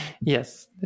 yes